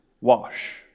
wash